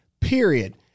period